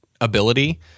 ability